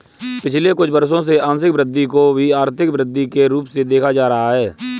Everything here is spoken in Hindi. पिछले कुछ वर्षों से आंशिक वृद्धि को भी आर्थिक वृद्धि के रूप में देखा जा रहा है